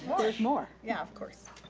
there's more. yeah, of course.